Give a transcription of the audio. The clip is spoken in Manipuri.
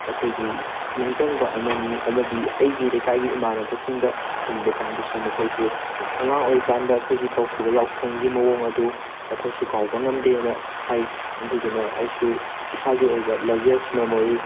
ꯑꯩꯈꯣꯏꯒꯤ ꯅꯤꯡꯁꯤꯡꯕ ꯑꯃꯅꯤ ꯑꯃꯗꯤ ꯑꯩꯒꯤ ꯂꯩꯀꯥꯏꯒꯤ ꯏꯃꯥꯟꯅꯕꯁꯤꯡꯗ ꯍꯪꯕ ꯀꯥꯟꯗꯁꯨ ꯃꯈꯣꯏꯁꯨ ꯑꯉꯥꯡ ꯑꯣꯏꯔꯤꯀꯥꯟꯗ ꯑꯩꯈꯣꯏꯒꯤ ꯇꯧꯈꯤꯕ ꯌꯥꯎꯁꯪꯒꯤ ꯃꯑꯣꯡ ꯑꯗꯨ ꯑꯩꯈꯣꯏꯁꯨ ꯀꯥꯎꯕ ꯉꯝꯗꯦꯅ ꯍꯥꯏ ꯑꯗꯨꯗꯨꯅ ꯑꯩꯁꯨ ꯏꯁꯥꯒꯤ ꯑꯣꯏꯕ ꯂꯕꯦꯁ ꯃꯦꯃꯣꯔꯤ